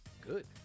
good